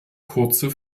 kurze